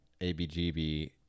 ABGB